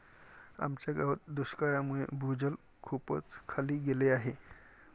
आमच्या गावात दुष्काळामुळे भूजल खूपच खाली गेले आहे